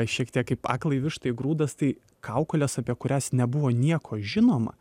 šiek tiek kaip aklai vištai grūdas tai kaukolės apie kurias nebuvo nieko žinoma